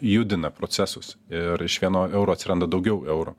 judina procesus ir iš vieno euro atsiranda daugiau eurų